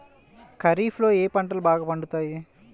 ఖరీఫ్లో ఏ పంటలు బాగా పండుతాయి?